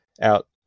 out